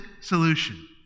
solution